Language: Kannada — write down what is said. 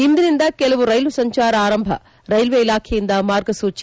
ಇಂದಿನಿಂದ ಕೆಲವು ರೈಲು ಸಂಚಾರ ಆರಂಭ ರೈಲ್ವೆ ಇಲಾಖೆಯಿಂದ ಮಾರ್ಗಸೂಚಿ